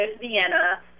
Vienna